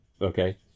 Okay